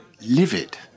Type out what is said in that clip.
livid